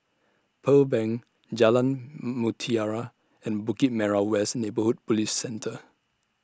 Pearl Bank Jalan Mutiara and Bukit Merah West Neighbourhood Police Centre